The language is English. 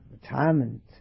retirement